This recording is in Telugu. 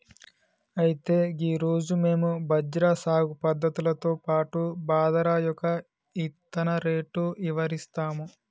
అయితే గీ రోజు మేము బజ్రా సాగు పద్ధతులతో పాటు బాదరా యొక్క ఇత్తన రేటు ఇవరిస్తాము